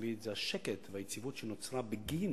הכלכלית זה השקט והיציבות שנוצרו בגין